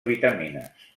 vitamines